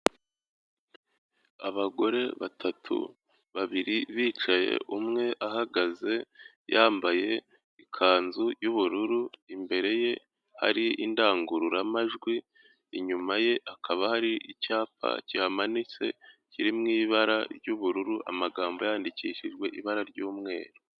Abagore batatu babiri bicaye umwe ahagaze yambaye ikanzu y'ubururu imbere ye ari indangururamajwi, inyuma ye hakaba hari icyapa kimanitse kiri mu ibara ry'ubururu amagambo yandikishijwe ibara ry'umweru.